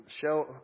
show